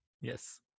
Yes